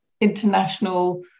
international